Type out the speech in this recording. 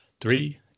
Three